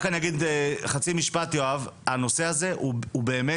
רק אני אגיד חצי משפט יואב, הנושא הזה הוא באמת